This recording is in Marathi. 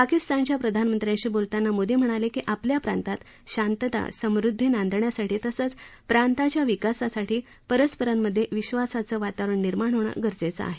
पाकिस्तानच्या प्रधानमंत्र्यांशी बोलताना मोदी म्हणाले की आपल्या प्रांतात शांतता समृद्धी नांदण्यासाठी तसंच प्रांताच्या विकासासाठी परस्परांमधे विश्वासाचं वातावरण निर्माण होणं गरजेचं आहे